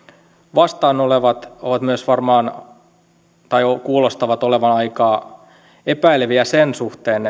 vastaan olevat ovat myös varmaan tai kuulostavat olevan aika epäileviä sen suhteen